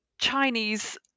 Chinese